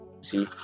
See